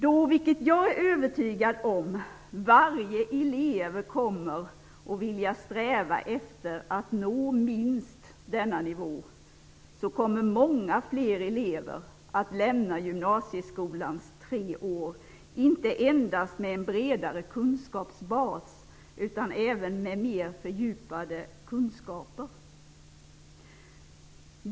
Då varje elev kommer att sträva efter att nå minst denna nivå - vilket jag är övertygad om - kommer många fler elever att lämna gymnasieskolans tre år, inte endast med en bredare kunskapsbas utan även med mer fördjupade kunskaper.